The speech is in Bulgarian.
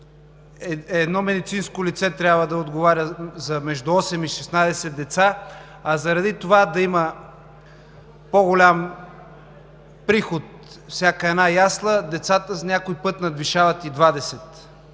едно медицинско лице трябва да отговаря между 8 и 16 деца, а заради това да има по-голям приход във всяка една ясла, децата някой път надвишават и 20.